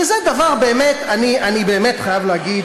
אני חייב לומר,